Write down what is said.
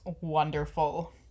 wonderful